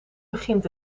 begint